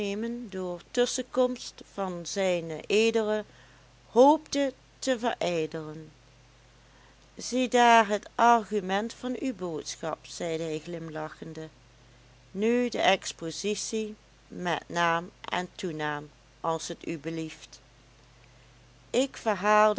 door tusschenkomst van zijn ed hoopte te verijdelen ziedaar het argument van uw boodschap zeide hij glimlachende nu de expositie met naam en toenaam als t u belieft ik verhaalde